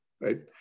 right